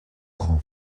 grand